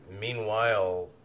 Meanwhile